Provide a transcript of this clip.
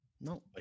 No